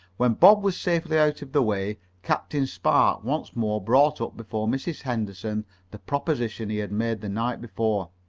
when bob was safely out of the way captain spark once more brought up before mrs. henderson the proposition he had made the night before.